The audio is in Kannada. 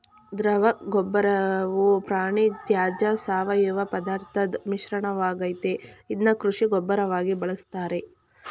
ದ್ರವಗೊಬ್ಬರವು ಪ್ರಾಣಿತ್ಯಾಜ್ಯ ಸಾವಯವಪದಾರ್ಥದ್ ಮಿಶ್ರಣವಾಗಯ್ತೆ ಇದ್ನ ಕೃಷಿ ಗೊಬ್ಬರವಾಗಿ ಬಳುಸ್ತಾರೆ